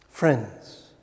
Friends